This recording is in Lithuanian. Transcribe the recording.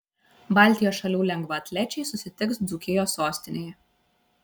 baltijos šalių lengvaatlečiai susitiks dzūkijos sostinėje